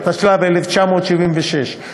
התשל"ו 1976,